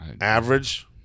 Average